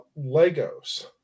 Legos